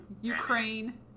Ukraine